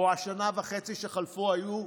או השני וחצי שחלפו, היו,